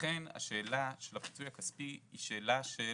לכן השאלה של הפיצוי הכספי היא שאלה של,